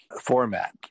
format